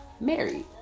married